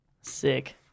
Sick